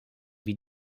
wie